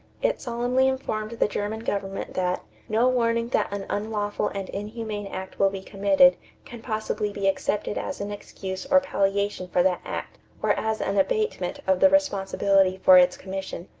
it solemnly informed the german government that no warning that an unlawful and inhumane act will be committed can possibly be accepted as an excuse or palliation for that act or as an abatement of the responsibility for its commission.